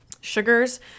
sugars